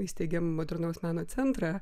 įsteigėm modernaus meno centrą